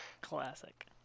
Classic